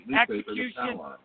execution